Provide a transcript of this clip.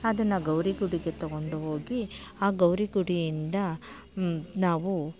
ಅದನ್ನು ಗೌರಿ ಗುಡಿಗೆ ತಗೊಂಡು ಹೋಗಿ ಆ ಗೌರಿ ಗುಡಿಯಿಂದ ನಾವು